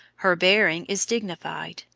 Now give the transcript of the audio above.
her bearing is dignified,